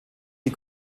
die